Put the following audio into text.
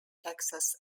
texas